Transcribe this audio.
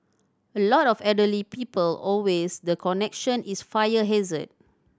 a lot of elderly people always the connection is fire hazard